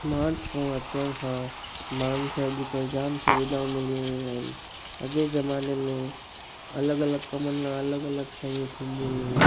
smart phone अचनि खां माण्हूनि खे अॼकल्ह जाम सुविधाऊं मिली वियूं आहिनि अॻे जमाने में अलॻि अलॻि कमन लाइ अलॻि अलॻि शयूं थींदी हुइयूं